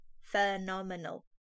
phenomenal